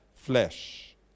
Flesh